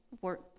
work